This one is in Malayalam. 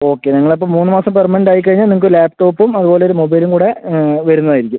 ഓക്കെ നിങ്ങൾ അപ്പോൾ മൂന്ന് മാസം പെർമനെൻറ്റ് ആയിക്കഴിഞ്ഞാൽ നിങ്ങൾക്ക് ഒരു ലാപ്ടോപ്പും അതുപോല ഒരു മൊബൈലും കൂടെ വരുന്നെത് ആയിരിക്കും